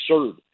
absurd